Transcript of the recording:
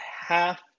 half